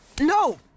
No